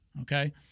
Okay